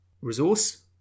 resource